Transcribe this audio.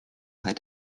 had